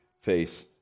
face